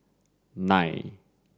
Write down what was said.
nine